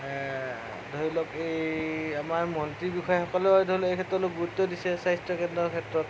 ধৰিলওক এই আমাৰ মন্ত্ৰী বিষয়াসকলেও ধৰি লওক এই ক্ষেত্ৰত অলপ গুৰুত্ব দিছে স্বাস্থ্যকেন্দ্ৰৰ ক্ষেত্ৰত